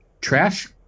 Trash